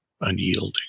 unyielding